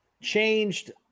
changed